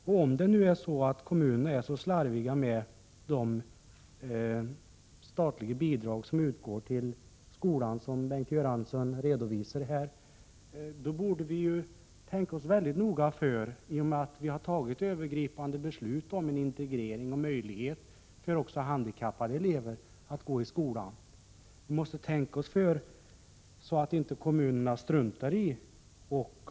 Om kommunerna slarvar med de statliga bidrag som utgår till skolorna, som Bengt Göransson redogjorde för, får vi tänka oss noga för. Vi har ju fattat övergripande beslut om en integrering och en möjlighet för handikappade att gå i skolan. Vi måste tänka oss för så att inte kommunerna struntar i de handikappade.